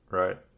right